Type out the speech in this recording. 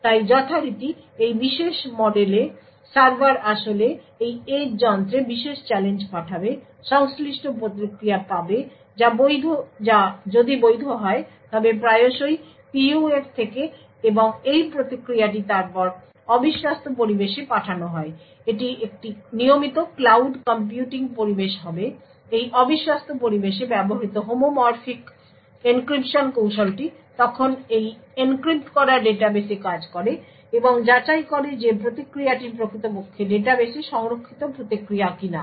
তাই যথারীতি এই বিশেষ মডেলে সার্ভার আসলে এই এজ যন্ত্রে বিশেষ চ্যালেঞ্জ পাঠাবে সংশ্লিষ্ট প্রতিক্রিয়া পাবে যা যদি বৈধ হয় তবে প্রায়শই PUF থেকে এবং এই প্রতিক্রিয়াটি তারপর অবিশ্বস্ত পরিবেশে পাঠানো হয় এটি একটি নিয়মিত ক্লাউড কম্পিউটিং পরিবেশ হবে এই অবিশ্বস্ত পরিবেশে ব্যবহৃত হোমোমরফিক এনক্রিপশন কৌশলটি তখন এই এনক্রিপ্ট করা ডাটাবেসে কাজ করে এবং যাচাই করে যে প্রতিক্রিয়াটি প্রকৃতপক্ষে ডাটাবেসে সংরক্ষিত প্রতিক্রিয়া কিনা